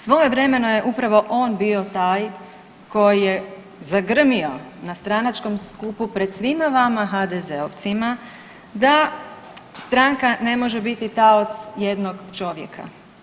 Svojevremeno je upravo on bio taj koji je zagrmio na stranačkom skupu pred svima HDZ-ovcima da stranka ne može biti taoc jednog čovjeka.